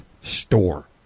store